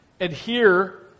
Adhere